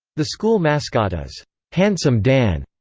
the school mascot is handsome dan,